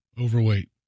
overweight